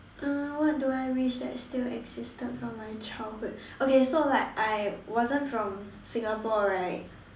uh what do I wish that is still existed from my childhood okay so like I wasn't from Singapore right